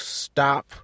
stop